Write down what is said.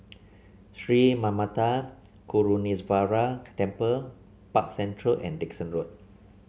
Sri Manmatha Karuneshvarar Temple Park Central and Dickson Road